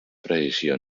precisió